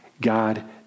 God